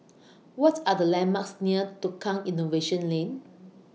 What Are The landmarks near Tukang Innovation Lane